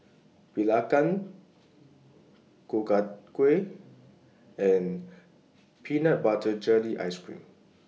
Belacan Ku Chai Kueh and Peanut Butter Jelly Ice Cream